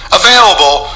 available